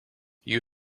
you